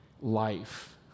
life